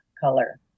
color